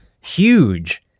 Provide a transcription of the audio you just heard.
huge